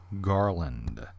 Garland